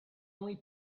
only